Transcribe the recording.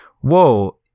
Whoa